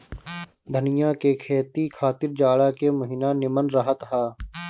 धनिया के खेती खातिर जाड़ा के महिना निमन रहत हअ